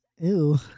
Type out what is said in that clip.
Ew